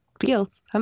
feels